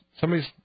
somebody's